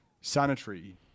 sanitary